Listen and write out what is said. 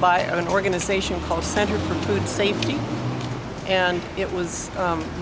by an organization called center for good safety and it was